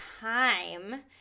time